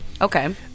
Okay